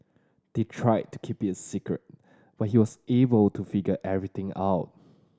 they tried to keep it a secret but he was able to figure everything out